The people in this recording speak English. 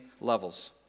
levels